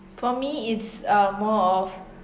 for me it's uh more of